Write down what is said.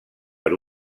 per